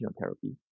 therapy